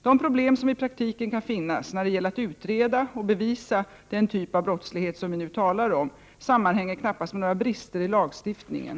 De problem som i praktiken kan finnas när det gäller att utreda och bevisa den typ av brottslighet som vi nu talar om sammanhänger knappast med några brister i lagstiftningen.